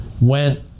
went